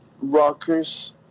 rockers